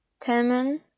Taman